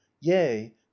yea